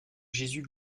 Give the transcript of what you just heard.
jésus